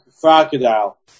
crocodile